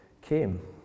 came